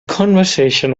conversation